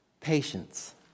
patience